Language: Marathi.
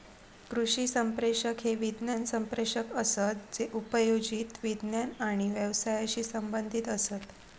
कृषी संप्रेषक हे विज्ञान संप्रेषक असत जे उपयोजित विज्ञान आणि व्यवसायाशी संबंधीत असत